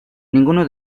ninguno